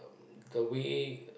the way